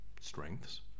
strengths